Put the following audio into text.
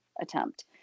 attempt